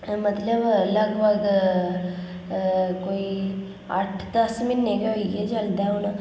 मतलब लगभग कोई अट्ठ दस म्हीने होई गे चलदे हून